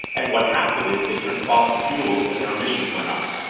and what happened is, they turned to fossil fuels, and their emissions went up.